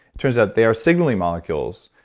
turns out they are signaling molecules,